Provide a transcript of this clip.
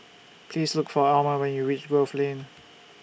Please Look For Omer when YOU REACH Grove Lane